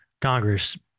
Congress